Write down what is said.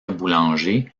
boulanger